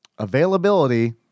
Availability